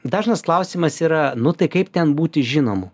dažnas klausimas yra nu tai kaip ten būti žinomu